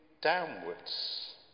downwards